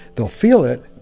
they'll feel it,